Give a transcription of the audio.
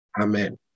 Amen